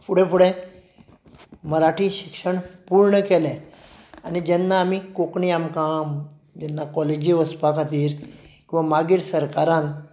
फुडें फुडें मराठी शिक्षण पुर्ण केलें आनी जेन्ना आमीं कोंकणी आमकां जेन्ना कॉलेजीक वचपा खातीर किंवा मागीर सरकारान